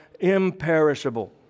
Imperishable